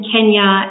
Kenya